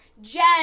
Jen